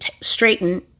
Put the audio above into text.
straighten